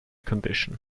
condition